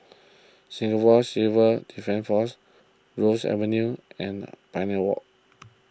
Singapore Civil Defence force Ross Avenue and Pioneer Walk